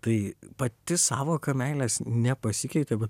tai pati sąvoka meilės nepasikeitė bet